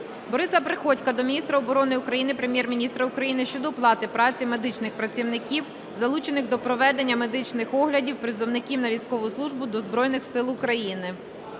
Бориса Приходька до міністра оборони України, Прем'єр-міністра України щодо оплати праці медичних працівників, залучених до проведення медичних оглядів призовників на військову службу до Збройних Сил України.